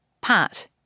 Pat